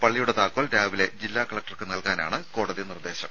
പള്ളിയുടെ താക്കോൽ രാവിലെ ജില്ലാ കലക്ടർക്ക് നൽകാനാണ് നിർദ്ദേശം